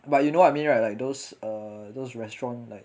but you know what I mean right like those those restaurant like